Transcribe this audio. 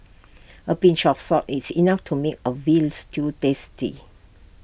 A pinch of salt is enough to make A Veal Stew tasty